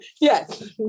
Yes